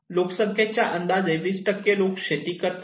लोकसंख्येच्या अंदाजे 20 लोक शेती करतात